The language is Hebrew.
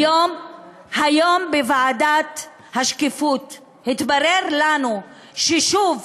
היום בוועדת השקיפות התברר לנו ששוב,